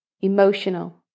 emotional